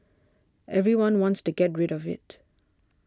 everyone wants to get rid of it